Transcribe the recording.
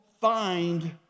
find